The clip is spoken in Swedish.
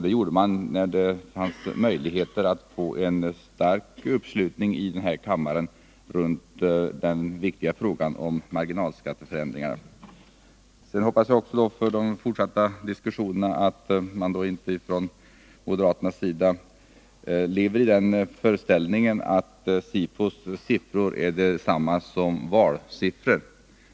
Det skedde när det fanns möjligheter att få en stark uppslutning i den här kammaren när det gäller den viktiga frågan om marginalskatteändringar. Sedan hoppas jag för den fortsatta diskussionen att man inte från moderaternas sida lever i den föreställningen att Sifos siffror är detsamma som valsiffror.